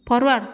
forward